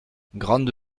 grande